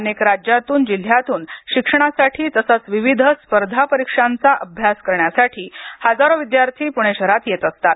अनेक राज्यांतून जिल्ह्यांतून शिक्षणासाठी तसेच विविध स्पर्धा परीक्षांचा अभ्यास करण्यासाठी विद्यार्थी प्णे शहरात येतात